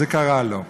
זה קרה לו.